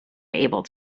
able